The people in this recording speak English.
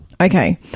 Okay